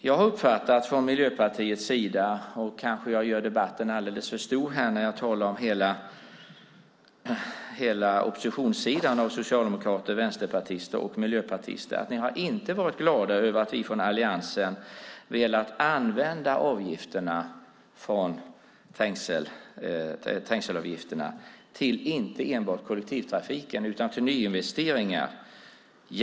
Jag har uppfattat från Miljöpartiets sida - kanske gör jag debatten alldeles för stor här när jag talar om hela oppositionssidan, socialdemokrater, vänsterpartister och miljöpartister - att ni inte har varit glada över att vi från Alliansen har velat använda trängselavgifterna till inte enbart kollektivtrafiken utan även till nyinvesteringar.